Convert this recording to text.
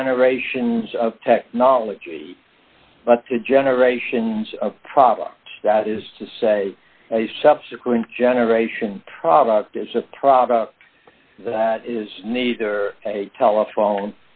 generations of technology but the generations problem that is to say a subsequent generation product is a product that is neither a telephone